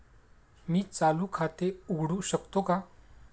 मी चालू खाते उघडू शकतो का?